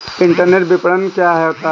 Internet विपणन क्या होता है?